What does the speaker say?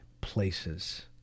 places